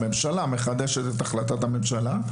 הממשלה מחדשת את החלטת הממשלה,